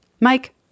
Mike